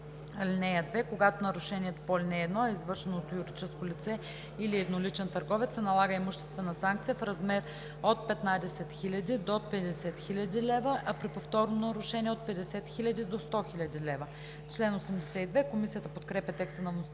лв. (2) Когато нарушението по ал. 1 е извършено от юридическо лице или едноличен търговец, се налага имуществена санкция в размер от 15 000 до 50 000 лв., а при повторно нарушение от 50 000 до 100 000 лв.“ Комисията подкрепя текста на